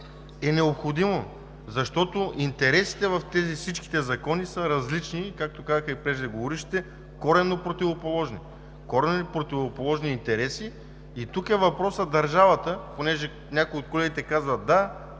е необходимо, защото интересите във всички тези закони са различни, както казаха и преждеговорившите – коренно противоположни, коренно противоположни интереси. И тук е въпросът: държавата, понеже някои от колегите казват – да,